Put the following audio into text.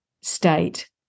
state